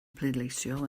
pleidleisio